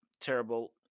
terrible